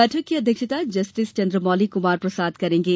बैठक की अध्यक्षता जस्टिस चन्द्रमौलि कुमार प्रसाद करेंगे